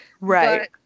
right